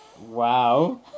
Wow